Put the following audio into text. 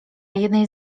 jednej